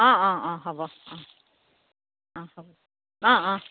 অঁ অঁ অঁ হ'ব অঁ অঁ হ'ব অঁ অঁ